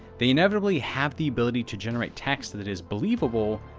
they inevitably have the ability to generate text that is believable,